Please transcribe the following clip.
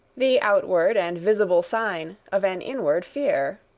the outward and visible sign of an inward fear.